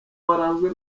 waranzwe